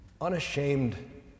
unashamed